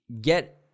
get